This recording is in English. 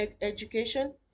education